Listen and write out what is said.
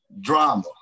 drama